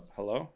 Hello